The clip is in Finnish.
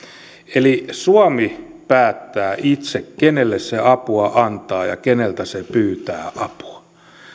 suomi päättää itse kenelle se apua antaa ja keneltä se pyytää apua